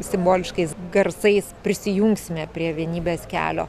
simboliškais garsais prisijungsime prie vienybės kelio